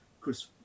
Chris